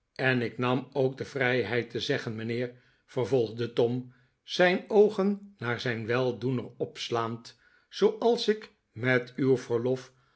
en ik nam ook de vrijheid te zeggen mijnheer vervolgde tom zijn oogen naar zijn weldoener opslaand zooals ik met uw verlof